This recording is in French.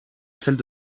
celle